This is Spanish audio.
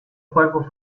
cuerpos